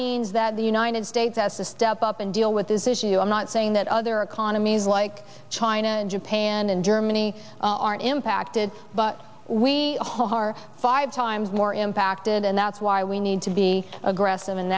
means that the united states has to step up and deal with this issue i'm not saying that other economies like china and japan and germany aren't impacted but we hold our five times more impacted and that's why we need to be aggressive and